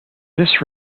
this